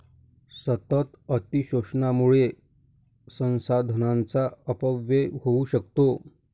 सतत अतिशोषणामुळे संसाधनांचा अपव्यय होऊ शकतो